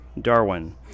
Darwin